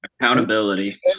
Accountability